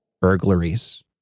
burglaries